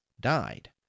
died